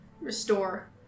restore